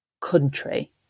country